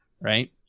Right